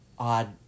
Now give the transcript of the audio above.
odd